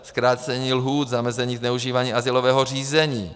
Zkrácení lhůt, zamezení zneužívání azylového řízení.